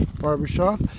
barbershop